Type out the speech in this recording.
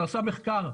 עדיין